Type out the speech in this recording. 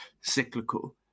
cyclical